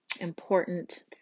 important